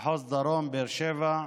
מחוז דרום באר שבע,